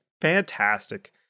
fantastic